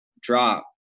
drop